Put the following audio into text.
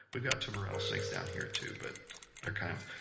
we've got timber rattlesnakes down here too but they're, kind of,